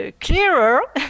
Clearer